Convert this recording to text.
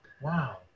Wow